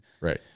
Right